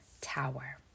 tower